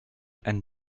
ein